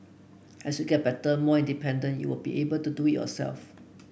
as you get better more independent you will be able to do it yourself